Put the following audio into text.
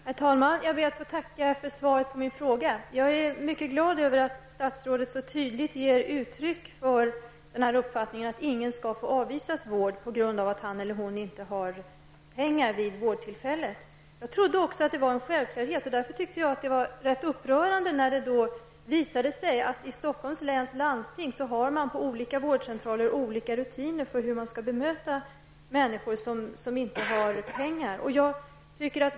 Herr talman! Jag ber att få tacka för svaret på min fråga. Jag är mycket glad över att statsrådet så tydligt ger uttryck för uppfattningen att ingen skall bli nekad vård på grund av att han eller hon inte har pengar vid vårdtillfället. Jag trodde också att detta var en självklarhet. Det var därför rätt upprörande när det visade sig att man på olika vårdcentraler i Stockholms läns landsting har olika rutiner för hur man skall bemöta människor som inte har pengar.